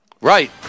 Right